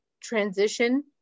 transition